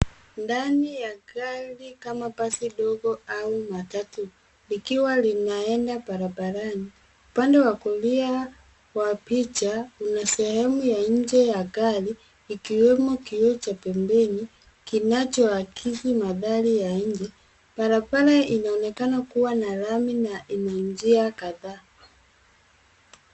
Ndani ya gari kama basi ndogo au matatu likiwa linaenda barabarani. Upande wa kulia wa picha kuna sehemu ya nje ya gari ikiwemo kioo cha pembeni kinachoakizi mandhari ya nje. Barabara inaonekana kuwa na lami na ina njia kadhaa.